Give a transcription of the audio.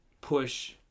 push